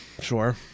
sure